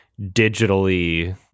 digitally